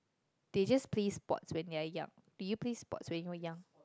they just play sports when they are young do you play sports when you were young